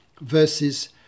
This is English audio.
verses